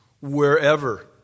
wherever